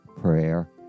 prayer